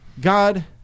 God